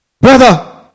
Brother